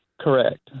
correct